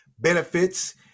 benefits